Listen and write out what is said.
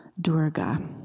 Durga